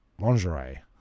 lingerie